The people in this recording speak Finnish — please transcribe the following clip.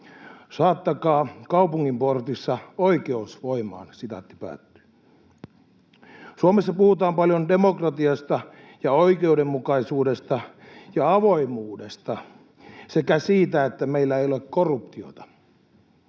Saattakaa kaupunginportissa oikeus voimaan." Suomessa puhutaan paljon demokratiasta ja oikeudenmukaisuudesta ja avoimuudesta sekä siitä, että meillä ei ole korruptiota.